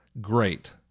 Great